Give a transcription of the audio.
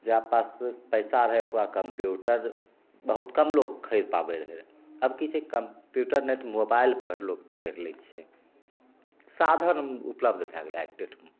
जकरा पास पइसा रहै ओकरा कम्प्यूटर बहुत कम लोक खरीद पाबै रहै रहे आब कि छै कम्प्यूटर नहि तऽ मोबाइलपर लोक पढ़ि लै छै साधन उपलब्ध भै गेलै आइके डेटमे